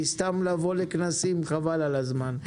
כי סתם לבוא לכנסים חבל על הזמן.